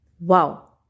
wow